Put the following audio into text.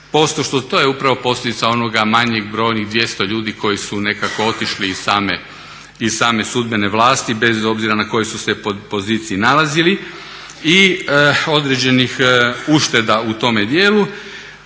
upravo onog manjeg brojnih 200 ljudi koji su nekako otišli iz same sudbene vlasti, bez obzira na kojoj su se poziciji nalazili i određenih ušteda u tome dijelu.